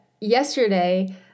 yesterday